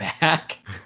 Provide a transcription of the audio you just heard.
back